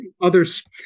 Others